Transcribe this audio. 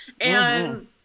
And-